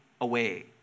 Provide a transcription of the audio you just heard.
away